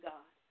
God